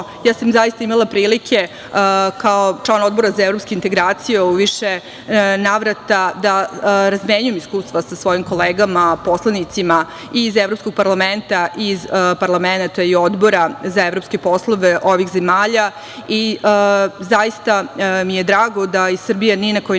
naučimo. Ja sam imala prilike, kao član Odbora za evropske integracije u više navrata da razmenjujem iskustva sa svojim kolegama poslanicima i iz Evropskog parlamenta i iz parlamenata i Odbora za evropske poslove ovih zemalja. Zaista mi je drago da Srbija ni na koji